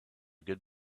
good